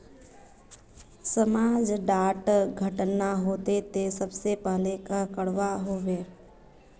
समाज डात घटना होते ते सबसे पहले का करवा होबे?